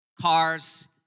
cars